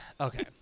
okay